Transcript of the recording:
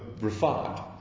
refined